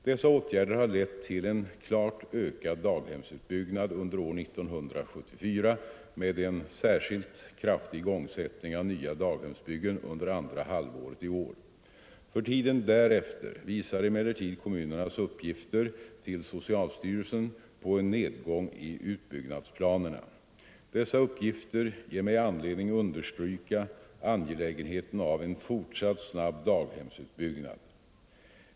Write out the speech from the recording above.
Dessa åtgärder har lett till en klart ökad daghemsutbyggnad under år 1974 med en särskilt kraftig igångsättning av nya daghemsbyggen under andra halvåret i år. För tiden därefter visar emellertid kommunernas uppgifter till socialstyrelsen på en nedgång i utbyggnadsplanerna. Dessa uppgifter ger mig anledning understryka angelägenheten av en Nr 122 fortsatt snabb daghemsutbyggnad.